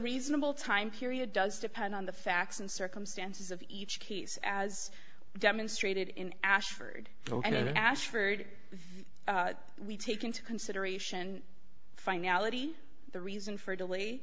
reasonable time period does depend on the facts and circumstances of each case as demonstrated in ashford ok ashford we take into consideration finality the reason for delay